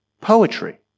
poetry